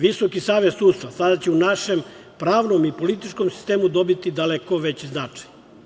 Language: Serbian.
Visoki savet sudstva sada će u našem pravnom i političkom sistemu dobiti daleko veći značaj.